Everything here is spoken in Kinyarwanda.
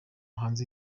hanze